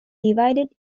divided